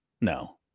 No